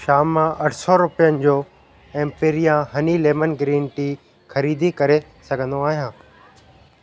छा मां अठ सौ रुपयनि जो Emperia honey lemon green tea ख़रीदी करे सघंदो आहियां